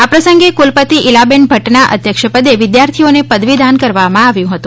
આ પ્રસંગે કુલપતિ ઇલાબેન ભદના અધ્યક્ષપદે વિદ્યાર્થઈએનો પદવીદાન કરવામાં આવ્યુ હતુ